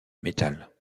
metal